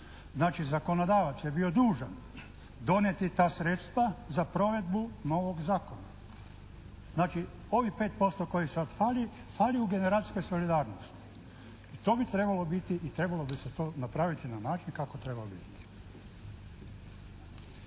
Znači, zakonodavac je bio dužan donijeti ta sredstva za provedbu novog zakona. Znači, ovih 5% koji sada fali fali u generacijskoj solidarnosti. To bi trebalo biti i trebalo bi se to napraviti na način kako treba biti.